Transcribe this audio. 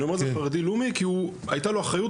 אני מציין חרדי-לאומי כי היתה לו אחריות